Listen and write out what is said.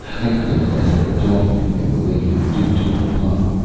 i got into the habit of talking to him the way you do to a pup.